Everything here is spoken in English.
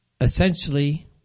essentially